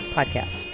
Podcast